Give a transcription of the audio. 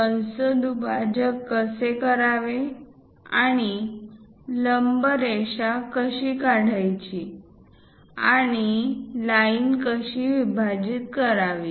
कंस दुभाजक कसे करावे आणि लंब रेषा कशी काढायची आणि लाइन कशी विभाजित करावी